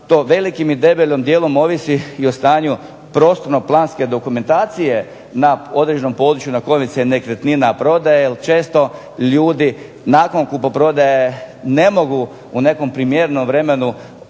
To velikim i debelim dijelom ovisi i o stanju prostorno-planske dokumentacije na određenom području na kojem se nekretnina prodaje. Jer često ljudi nakon kupoprodaje ne mogu u nekom primjerenom vremenu